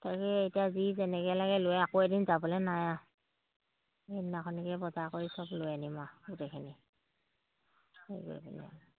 তাকে এতিয়া যি যেনেকৈ লাগে লৈ আকৌ এদিন যাবলৈ নাই আৰু সেইদিনাখনিকে বজাৰ কৰি সব লৈ আনিম আৰু গোটেইখিনি হেৰি কৰিপিনে